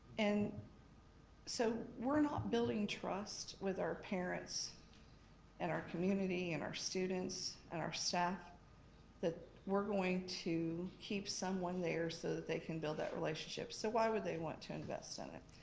and so we're not building trust with our parents and our community and our students and our staff that we're going to keep someone there so that they can build that relationship. so why would they want to invest in it?